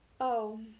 Oh